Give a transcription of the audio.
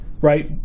right